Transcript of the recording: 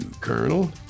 Colonel